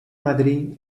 madrid